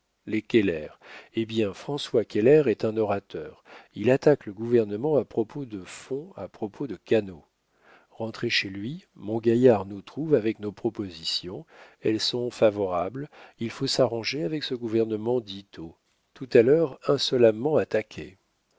keller eh bien françois keller est un orateur il attaque le gouvernement à propos de fonds à propos de canaux rentré chez lui mon gaillard nous trouve avec nos propositions elles sont favorables il faut s'arranger avec ce gouvernement dito tout à l'heure insolemment attaqué